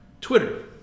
Twitter